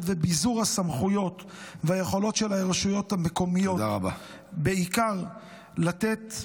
וביזור הסמכויות והיכולות של הרשויות המקומיות בעיקר לתת